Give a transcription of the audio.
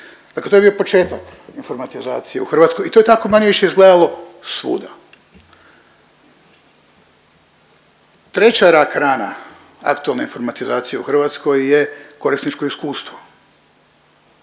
Dakle to je bio početak informatizacije u Hrvatskoj i to je tako, manje-više izgledalo svuda. Treća rak rana aktualne informatizacije u Hrvatskoj je korisničko iskustvo.